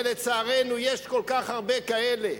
ולצערנו יש כל כך הרבה כאלה,